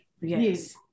Yes